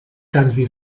canvi